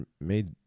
made